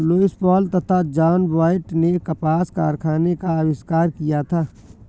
Lewis Paul तथा John Wyatt ने कपास कारखाने का आविष्कार किया था